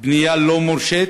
בנייה לא מורשית,